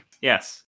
Yes